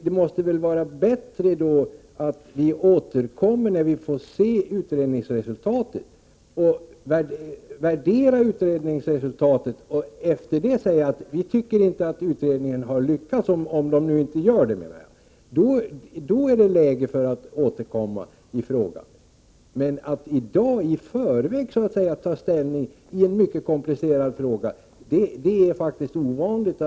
Det måste väl vara bättre att vi återkommer när vi har fått se vad utredningen kommer fram till. När vi har värderat utredningsresultatet, kan vi säga att vi inte tycker att utredningen har lyckats — om det nu är detta vi tycker. Då är det läge för att återkomma i frågan. Att riksdagen så att säga i förväg tar ställning i en mycket komplicerad fråga är ytterligt ovanligt.